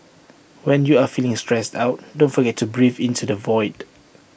when you are feeling stressed out don't forget to breathe into the void